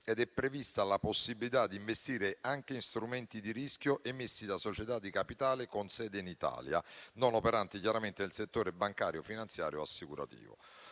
è prevista anche la possibilità di investire in strumenti di rischio emessi da società di capitale con sede in Italia, non operanti chiaramente nel settore bancario, finanziario o assicurativo.